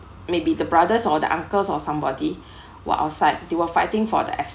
maybe the brothers or the uncles or somebody was outside they were fighting for the assets